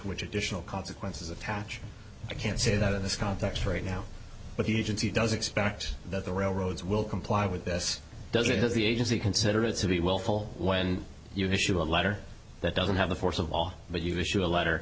which additional consequences attach i can't say that in this context right now but he agency does expect that the railroads will comply with this does or does the agency consider it to be willful when you issue a letter that doesn't have the force of law but you issue a letter